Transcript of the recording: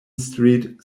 street